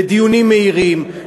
לדיונים מהירים,